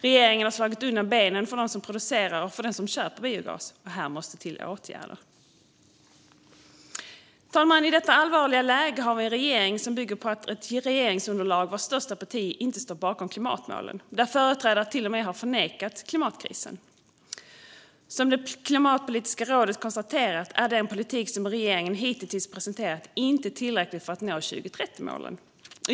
Regeringen har slagit undan benen för dem som producerar och för dem som köper biogas. Här måste till åtgärder. Herr talman! I detta allvarliga läge har vi en regering som bygger på ett regeringsunderlag vars största parti inte står bakom klimatmålen. Det finns företrädare som till och med har förnekat klimatkrisen. Precis som Klimatpolitiska rådet har konstaterat är den politik som regeringen hittills presenterat inte tillräcklig för att nå 2030-målen.